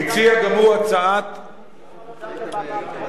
למה לא דנתם, שלי ביום ראשון?